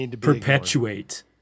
perpetuate